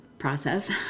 process